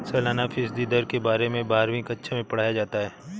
सालाना फ़ीसदी दर के बारे में बारहवीं कक्षा मैं पढ़ाया जाता है